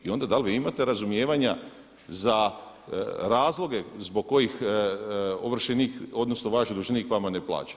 I onda dal vi imate razumijevanja za razloge zbog kojih ovršenik odnosno vaš dužnik vama ne plaća?